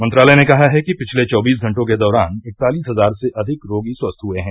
मंत्रालय ने कहा कि पिछले चौबीस घंटों के दौरान इकतालीस हजार से अधिक रोगी स्वस्थ हुए हैं